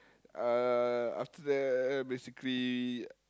uh after that basically